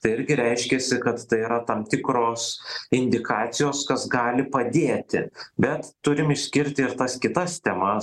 tai irgi reiškiasi kad tai yra tam tikros indikacijos kas gali padėti bet turim išskirti ir tas kitas temas